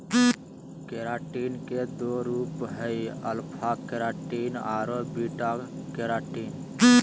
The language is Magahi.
केराटिन के दो रूप हइ, अल्फा केराटिन आरो बीटा केराटिन